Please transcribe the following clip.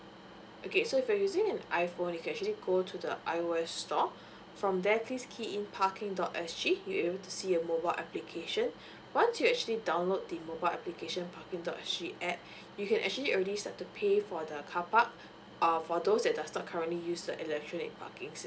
okay so if you're using an iphone you can actually go to the I_O_S store from there please key in parking dot S G you able to see your mobile application once you actually download the mobile application parking dot S G app you can actually already start to pay for the car park err for those that does not currently use the electronic parking